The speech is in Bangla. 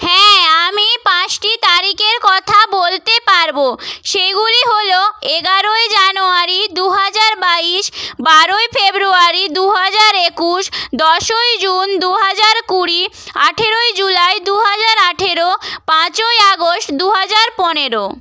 হ্যাঁ আমি পাঁচটি তারিখের কথা বলতে পারব সেগুলি হলো এগারোই জানুয়ারি দু হাজার বাইশ বারোই ফেব্রুয়ারি দু হাজার একুশ দশই জুন দু হাজার কুড়ি আঠারোই জুলাই দু হাজার আঠারো পাঁচই আগস্ট দু হাজার পনেরো